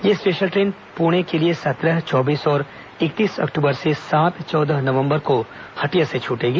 यह special train Pune के लिए सत्रह चौबीस और इकतीस अक्टूबर से सात चौदह नवंबर को हटिया से छूटेगी